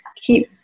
keep